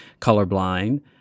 colorblind